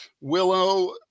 willow